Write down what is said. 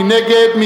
מי נגד?